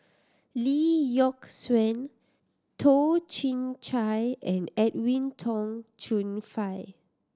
Lee Yock Suan Toh Chin Chye and Edwin Tong Chun Fai